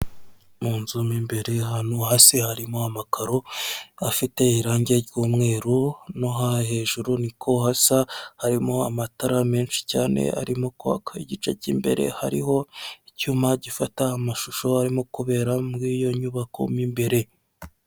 Mu inzu mo imbere ahantu hasi harimo amakaro afite irangi ry'umweru, no hejuru niko hasa harimo amatara menshi cyane arimo kwaka igice cy'imbere, hariho icyuma gifata amashusho arimo kubera muri iyo nyubako mo imbere.